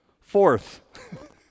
Fourth